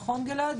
נכון גלעד?